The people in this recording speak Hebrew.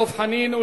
דב חנין,